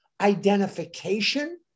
identification